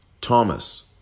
Thomas